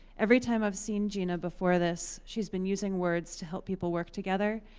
every time i've seen gina before this, she's been using words to help people work together,